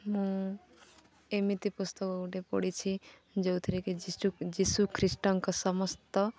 ମୁଁ ଏମିତି ପୁସ୍ତକ ଗୋଟେ ପଢ଼ିଛି ଯେଉଁଥିରେ କି ଯୀଶୁ ଖ୍ରୀଷ୍ଟଙ୍କ ସମସ୍ତ